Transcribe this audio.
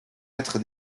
être